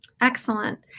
Excellent